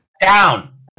down